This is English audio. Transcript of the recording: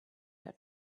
her